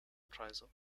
preise